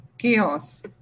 chaos